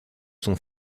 son